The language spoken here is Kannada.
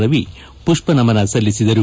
ರವಿ ಪುಪ್ಪ ನಮನ ಸಲ್ಲಿಸಿದರು